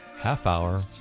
half-hour